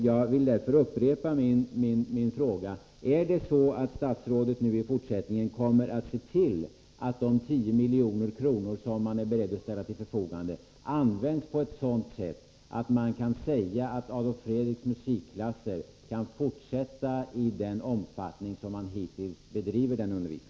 Jag vill därför upprepa min fråga: Är det så att statsrådet i fortsättningen kommer att se till att de 10 milj.kr. som regeringen är beredd att ställa till förfogande används på ett sådant sätt att man kan säga att undervisningen vid Adolf Fredriks musikklasser kan fortsätta i den omfattning som den hittills bedrivits i?